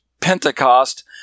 Pentecost